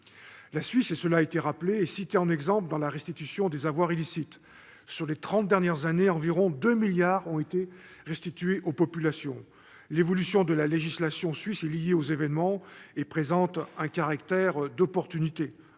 La Suisse, comme cela a été rappelé, est citée en exemple en matière de restitution des avoirs illicites : sur les trente dernières années, environ 2 milliards de dollars ont été restitués aux populations. L'évolution de la législation suisse est liée aux événements et présente un caractère d'opportunité.